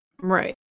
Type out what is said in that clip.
Right